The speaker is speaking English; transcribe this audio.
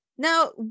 Now